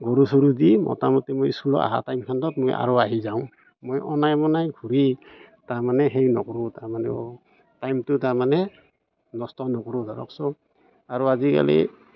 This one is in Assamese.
গৰু চৰু দি মোটামটি স্কুলৰ অহা টাইমত মই আৰু আহি যাওঁ মই অনাই বনাই ঘূৰি তাৰমানে সেই নকৰোঁ তাৰমানে টাইমটো তাৰমানে নষ্ট নকৰোঁ ধৰকচোন আৰু আজিকালি